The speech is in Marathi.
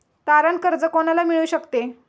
तारण कर्ज कोणाला मिळू शकते?